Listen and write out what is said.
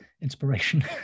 inspiration